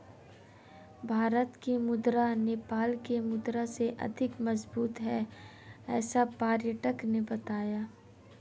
भारत की मुद्रा नेपाल के मुद्रा से अधिक मजबूत है ऐसा पर्यटक ने बताया